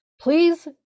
please